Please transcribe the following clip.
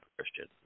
Christian